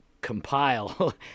compile